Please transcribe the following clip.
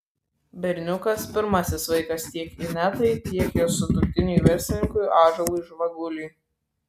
berniukas pirmasis vaikas tiek inetai tiek jos sutuoktiniui verslininkui ąžuolui žvaguliui